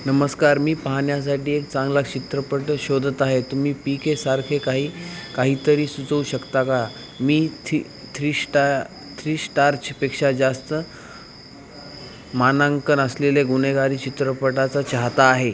नमस्कार मी पाहण्यासाठी एक चांगला चित्रपट शोधत आहे तुम्ही पी केसारखे काही काहीतरी सुचवू शकता का मी थी थ्री श्टा थ्री श्टार्चपेक्षा जास्त मानांकन असलेले गुन्हेगारी चित्रपटाचा चाहता आहे